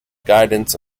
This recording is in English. guidance